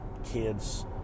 kids